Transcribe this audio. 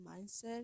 mindset